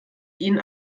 ihnen